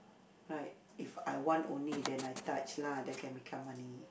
right if I want only then I touch lah then can become money